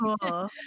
cool